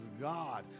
god